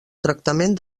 tractament